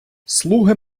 слуги